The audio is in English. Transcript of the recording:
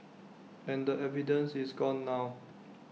and the evidence is gone now